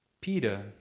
Peter